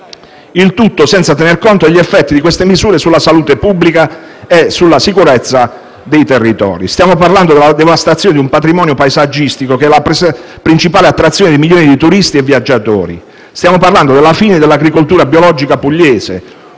il tutto senza tener conto degli effetti di queste misure sulla salute pubblica e sulla sicurezza dei territori. Stiamo parlando della devastazione di un patrimonio paesaggistico che è la principale attrazione per milioni di turisti e viaggiatori, della fine dell'agricoltura biologica pugliese,